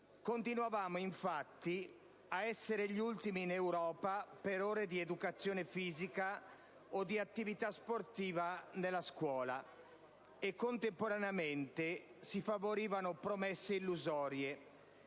Continuavamo, infatti, ad essere gli ultimi in Europa per ore di educazione fisica o di attività sportiva nella scuola e contemporaneamente si favorivano promesse illusorie,